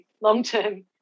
long-term